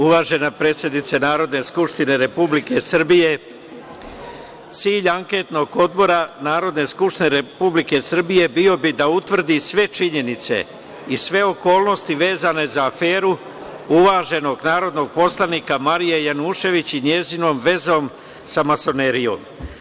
Uvažena predsednice Narodne skupštine Republike Srbije, cilj anketnog odbora Narodne skupštine Republike Srbije bio bi da utvrdi sve činjenice i sve okolnosti vezane za aferu uvaženog narodnog poslanika Marije Janjušević i njenom vezom sa masonerijom.